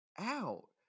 out